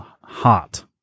hot